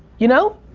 you know?